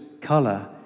color